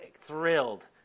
thrilled